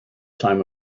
time